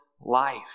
life